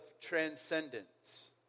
transcendence